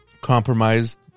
Compromised